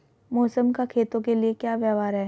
मौसम का खेतों के लिये क्या व्यवहार है?